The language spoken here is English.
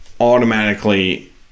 automatically